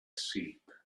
sheep